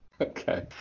Okay